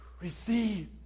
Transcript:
Receive